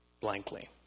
blankly